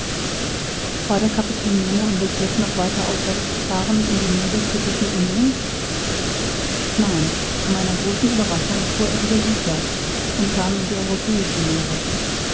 war der kapitän nemo im begriff noch weiter aufwärts zu fahren in die nähe der britischen inseln nein zu meiner großen ueberraschung fuhr er wieder südwärts und kam in die europäischen meere